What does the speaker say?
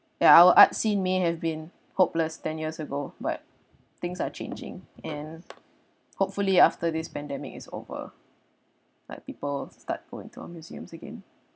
ya our arts scene may have been hopeless ten years ago but things are changing and hopefully after this pandemic is over like people start going to our museums again